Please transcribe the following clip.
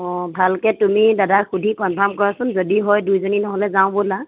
অঁ ভালকৈ তুমি দাদাক সুধি কনফাৰ্ম কৰাচোন যদি হয় দুইজনী নহ'লে যাওঁ ব'লা